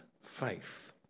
faith